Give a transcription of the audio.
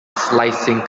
slicing